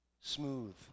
smooth